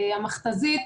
המכת"זית,